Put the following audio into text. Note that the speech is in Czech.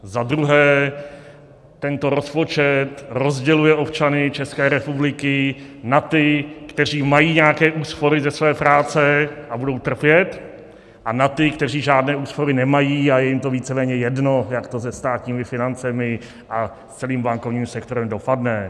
Za druhé tento rozpočet rozděluje občany České republiky na ty, kteří mají nějaké úspory ze své práce a budou trpět, a na ty, kteří žádné úspory nemají, a je jim to víceméně jedno, jak to se státními financemi a s celým bankovním sektorem dopadne.